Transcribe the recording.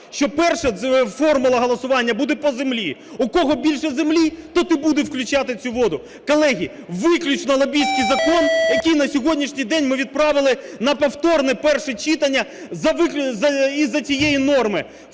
що перша формула голосування буде по землі: у кого більше землі, той і буде включати цю воду. Колеги, виключно лобістський закон, який на сьогоднішній день ми відправили на повторне перше читання із-за цієї норми.